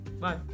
Bye